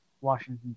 Washington